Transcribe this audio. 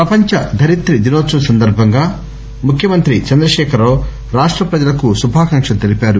ప్రపంచ ధరిత్రీ దినోత్సవం సందర్భంగా ముఖ్యమంత్రి చంద్రశేఖర్ రావు రాష్ల ప్రజలకు శుభాకాంక్షలు తెలిపారు